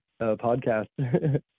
podcast